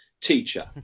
teacher